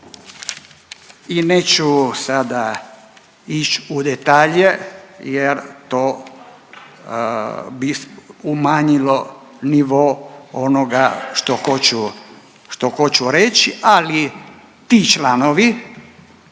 I neću sada ići u detalje jer to bi umanjilo nivo onoga što hoću reći. Ali ti članovi